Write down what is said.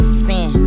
spin